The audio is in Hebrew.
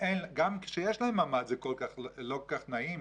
גם כשיש להם ממ"ד זה לא כל כך נעים,